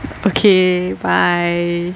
okay bye